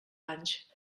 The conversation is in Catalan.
anys